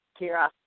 Kira